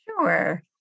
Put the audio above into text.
Sure